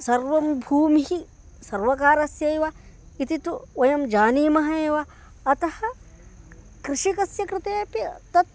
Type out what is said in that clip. सर्वं भूमिः सर्वकारस्यैव इति तु वयं जानीमः एव अतः कृषिकस्य कृतेपि तत्